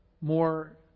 more